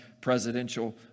presidential